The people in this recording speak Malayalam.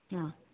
ആ